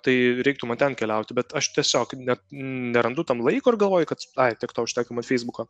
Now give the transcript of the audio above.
tai reiktų man ten keliauti bet aš tiesiog net nerandu tam laiko ir galvoju kad ai tiek to užtenka man feisbuko